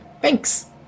thanks